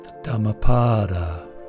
Dhammapada